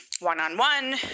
one-on-one